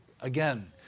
again